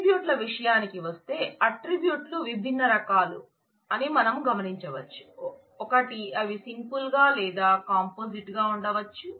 attribute ల విషయానికి వస్తే అట్ట్రిబ్యూట్లు విభిన్న రకాలు అని మనం గమనించవచ్చు ఒకటి అవి సింపుల్ గా లేదా కాంపోజిట్ గా ఉండవచ్చు